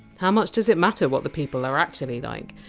how much does it matter what the people are actually like,